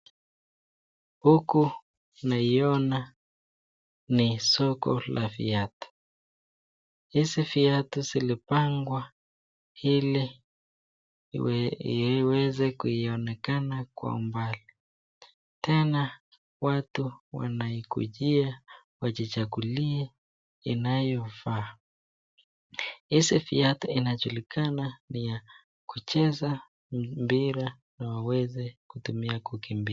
Huku, naiona, ni soko, la viatu, hizi viatu zilipangwa, ili, ii, iweze kuionekana kwa mbali, tena watu, wanaikujia, wajichagulie, inayo faa, hizi viatu inachulikana, ni ya kucheza mpira, na waweze, kutumia kukimbi.